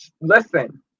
Listen